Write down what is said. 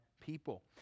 People